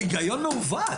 זה היגיון מעוות.